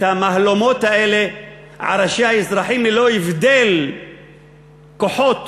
המהלומות האלה על ראשי האזרחים ללא הבדל כוחות